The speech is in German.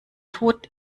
tod